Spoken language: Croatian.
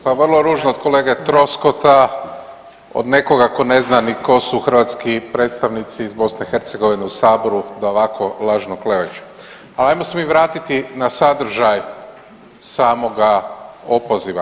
Pa vrlo ružno od kolege Troskota, od nekoga tko ne zna ni tko su hrvatski predstavnici iz BiH u Saboru da ovako lažno kleveću, ali ajmo se mi vratiti na sadržaj samoga opoziva.